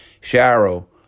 Sharrow